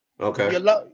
Okay